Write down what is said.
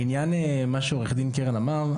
לעניין מה שעור דין קרן אמר,